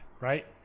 right